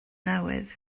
newydd